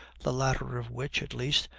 the latter of which, at least,